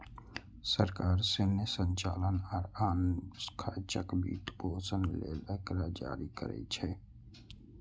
सरकार सैन्य संचालन आ आन खर्चक वित्तपोषण लेल एकरा जारी करै छै